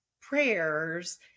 prayers